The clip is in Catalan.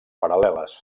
paral·leles